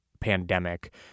pandemic